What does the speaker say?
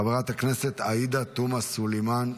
חברת הכנסת עאידה תומא סלימאן,